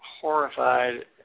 horrified